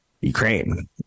Ukraine